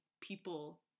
people